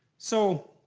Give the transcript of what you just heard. so,